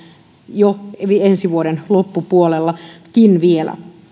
ensi vuoden loppupuolellakin vielä